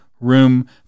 room